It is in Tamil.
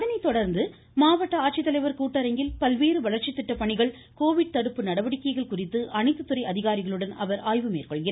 அதனை தொடர்ந்து மாவட்ட ஆட்சித்தலைவர் கூட்டரங்கில் பல்வேறு வளர்ச்சி திட்ட பணிகள் கோவிட் தடுப்பு நடவடிக்கைகள் குறித்து அனைத்து துறை அதிகாரிகளுடன் அவர் ஆய்வு மேற்கொள்கிறார்